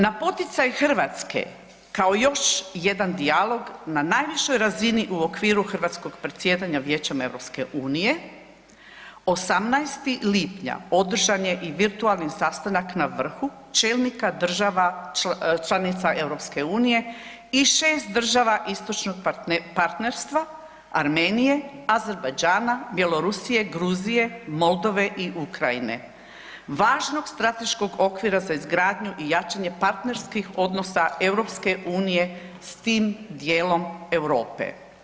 Na poticaj Hrvatske kao još jedan dijalog na najvišoj razini u okviru predsjedanja Vijećem EU 18. lipnja održan je i virtualni sastanak na vrhu čelnika država članica EU i 6 država istočnog partnerstva Armenije, Azerbajdžana, Bjelorusije, Gruzije, Moldove i Ukrajine važnog strateškog okvira za izgradnju i jačanje partnerskih odnosa EU s tim dijelom Europe.